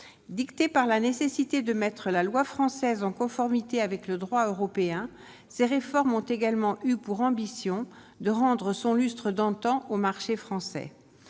dictée par la nécessité de mettre la loi française en conformité avec le droit européen, ces réformes ont également eu pour ambition de rendre son lustre d'antan au marché français